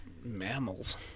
mammals